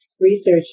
research